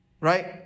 right